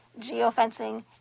geofencing